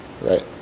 right